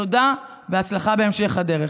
תודה ובהצלחה בהמשך הדרך.